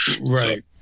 Right